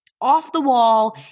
off-the-wall